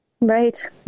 Right